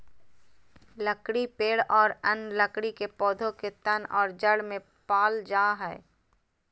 लकड़ी पेड़ और अन्य लकड़ी के पौधा के तन और जड़ में पाल जा हइ